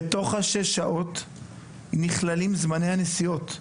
בתוך שש השעות נכללים זמני הנסיעות.